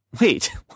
wait